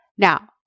Now